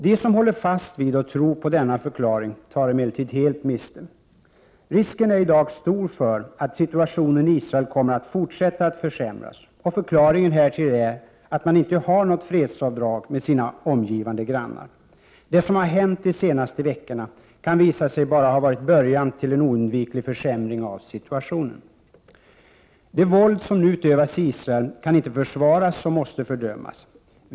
De som tror på denna förklaring tar emellertid helt miste. Risken är i dag stor för att situationen i Israel kommer att fortsätta att försämras. Förklaringen härtill är att man inte har något fredsfördrag med sina omgivande grannar. Det som har hänt de senaste veckorna kan visa sig bara ha varit början till en oundviklig försämring av situationen. Det våld som nu utövas i Israel kan inte försvaras utan måste fördömas; även av oss som är Israels vänner.